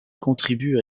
contribue